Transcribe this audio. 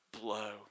blow